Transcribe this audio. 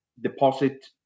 deposit